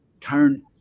turn